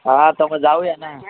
हां तर मग जाऊया ना